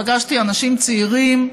פגשתי אנשים צעירים.